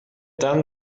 done